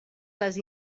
les